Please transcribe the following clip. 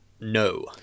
No